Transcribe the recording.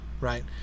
right